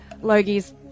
Logie's